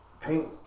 paint